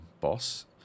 boss